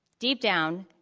deep down,